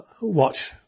watch